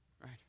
Right